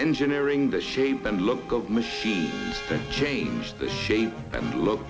engineering the shape and look of machines that change the shape and look